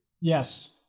Yes